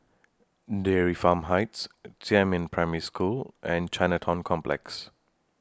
Dairy Farm Heights Jiemin Primary School and Chinatown Complex